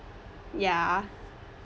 ya